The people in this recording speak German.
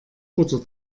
butter